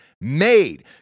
made